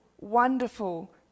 wonderful